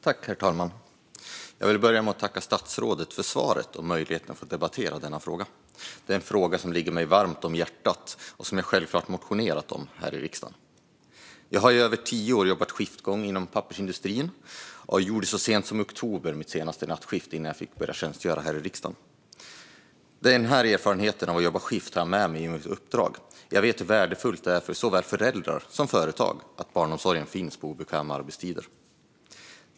Herr talman! Jag vill börja med att tacka statsrådet för svaret och möjligheten att få debattera denna fråga. Det är en fråga som ligger mig varmt om hjärtat och som jag självklart har motionerat om här i riksdagen. Jag har i över tio år jobbat skiftgång inom pappersindustrin och gjorde så sent som i oktober mitt sista nattskift innan jag fick börja tjänstgöra här i riksdagen. Denna erfarenhet av att jobba skift har jag med mig i mitt uppdrag. Jag vet hur värdefullt det är för såväl föräldrar som företag att barnomsorg finns på obekväma arbetstider.